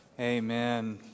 Amen